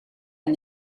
and